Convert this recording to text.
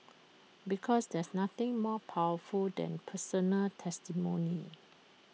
because there is nothing more powerful than personal testimony